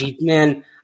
man